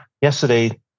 yesterday